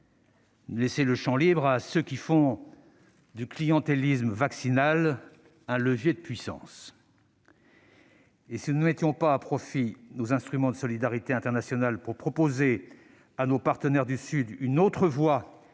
plus laisser le champ libre à ceux qui font du clientélisme vaccinal un levier de puissance. Si nous ne mettions pas à profit nos instruments de solidarité internationale pour proposer à nos partenaires du Sud une autre voie